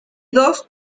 dos